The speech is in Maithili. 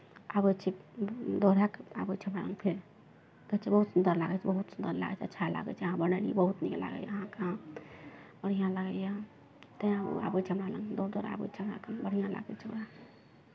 आबै छै दोहरा कऽ आबै छै हमरा लग फेर कहै छै बहुत सुन्दर लागै छै बहुत सुन्दर लागै छै अच्छा लागै छै अहाँ बनेलियै बहुत नीक लागैए अहाँ अहाँ बढ़िआँ लागैए तेँ ओ आबै छै हमरा लग दौड़ दौड़ आबै छै हमरा कन बढ़िआँ लागै छै ओकरा